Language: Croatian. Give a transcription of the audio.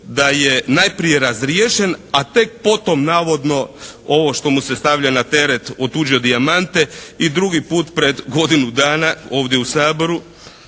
da je najprije razriješen a tek potom navodno ovo što mu se stavlja na teret otuđio dijamante i drugi put pred godinu dana ovdje u Saboru